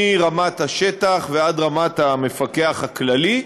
מרמת השטח ועד רמת המפקח הכללי,